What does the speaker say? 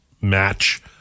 match